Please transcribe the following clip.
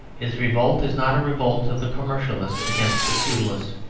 his revolt is not a revolt of the commercialist against the feudalist,